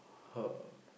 her